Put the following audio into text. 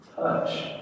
Touch